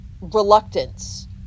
reluctance